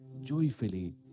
Joyfully